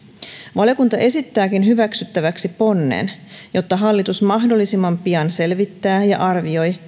valiokunta esittääkin hyväksyttäväksi ponnen jotta hallitus mahdollisimman pian selvittää ja arvioi